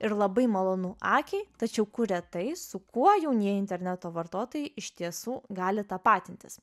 ir labai malonu akiai tačiau kuria tai su kuo jaunieji interneto vartotojai iš tiesų gali tapatintis